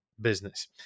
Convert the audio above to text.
business